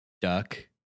duck